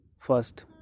first